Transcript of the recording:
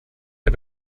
der